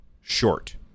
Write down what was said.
short